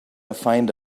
find